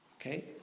Okay